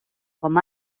com